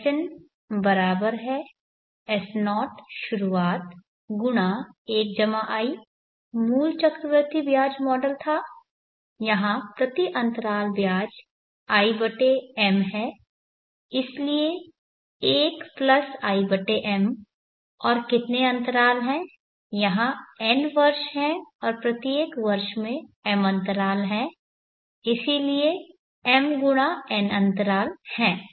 Sn बराबर है S0 शुरुआत गुणा 1i S01i मूल चक्रवृद्धि ब्याज मॉडल था यहां प्रति अंतराल ब्याज im है इसलिए 1 प्लस im S01im और कितने अंतराल हैं यहां n वर्ष हैं और प्रत्येक वर्ष में m अंतराल हैं इसलिए m×n अंतराल हैं S01immn